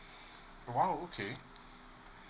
!wow! okay